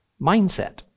mindset